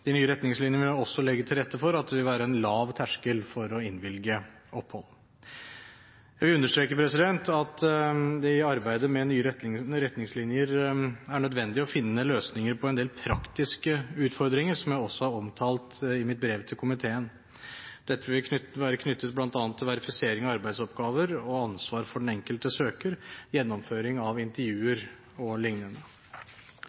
De nye retningslinjene vil også legge til rette for at det vil være en lav terskel for å innvilge opphold. Jeg vil understreke at det i arbeidet med nye retningslinjer er nødvendig å finne løsninger på en del praktiske utfordringer, som jeg også har omtalt i mitt brev til komiteen. Dette vil være knyttet bl.a. til verifisering av arbeidsoppgaver og ansvar for den enkelte søker, gjennomføring av intervjuer